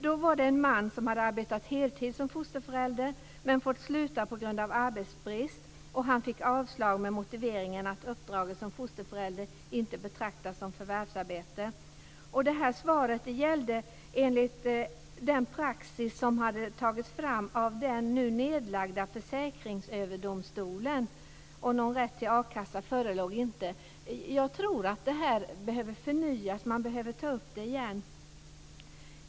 Då var det en man som hade arbetat heltid som fosterförälder men fått sluta på grund av arbetsbrist, och han fick avslag med motiveringen att uppdraget som fosterförälder inte betraktas som förvärvsarbete. Det här svaret gällde enligt den praxis som hade tagits fram av den nu nedlagda Försäkringsöverdomstolen, och någon rätt till a-kassa förelåg inte. Jag tror att det här behöver förnyas. Man behöver ta upp det igen.